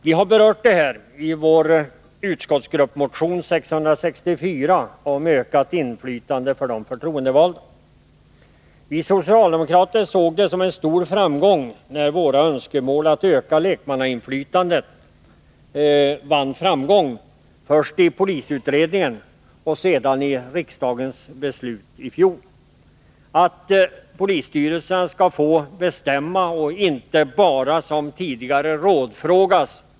Vi har berört detta i vår utskottsgrupp motion 664 om ökat inflytande för de förtroendevalda. Vi socialdemokrater såg det som en stor framgång för våra önskemål att öka lekmannainflytandet när polisutredningen 1980 föreslog och riksdagen beslöt att polisstyrelserna skall få bestämma och inte bara som tidigare rådfrågas.